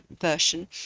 version